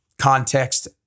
context